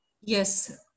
Yes